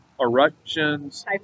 eruptions